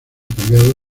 cambiado